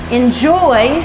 enjoy